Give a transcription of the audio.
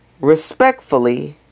respectfully